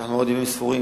שאנחנו עוד ימים ספורים